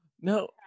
No